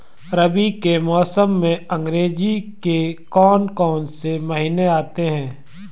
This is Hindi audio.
रबी के मौसम में अंग्रेज़ी के कौन कौनसे महीने आते हैं?